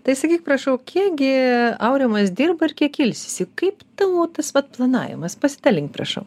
tai sakyk prašau kiek gi aurimas dirba ir kiek ilsisi kaip tavo tas vat planavimas pasidalink prašau